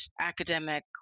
academic